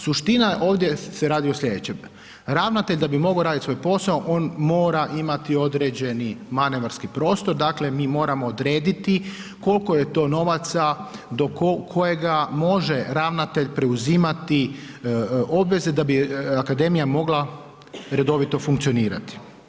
Suština, ovdje se radi o slijedećem, ravnatelj da bi mogao radit svoj posao, on mora imati određeni manevarski prostor, dakle, mi moramo odrediti kolko je to novaca do kojega može ravnatelj preuzimati obveze da bi akademija mogla redovito funkcionirati.